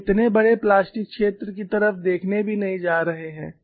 हम इतने बड़े प्लास्टिक क्षेत्र की तरफ देखने भी नहीं जा रहे हैं